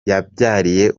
yabyariye